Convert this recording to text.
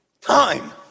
time